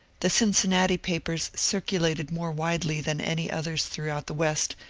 the cincinnati papers circulated more widely than any others throughout the west,